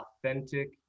authentic